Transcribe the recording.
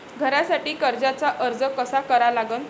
घरासाठी कर्जाचा अर्ज कसा करा लागन?